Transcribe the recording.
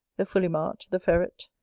the fulimart, the ferret,